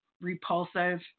repulsive